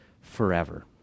forever